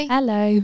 Hello